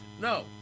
no